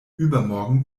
übermorgen